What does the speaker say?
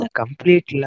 complete